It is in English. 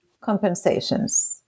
compensations